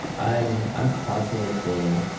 i'm i'm constantly seeing,